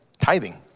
tithing